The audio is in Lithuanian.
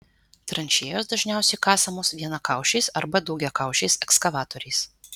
tranšėjos dažniausiai kasamos vienakaušiais arba daugiakaušiais ekskavatoriais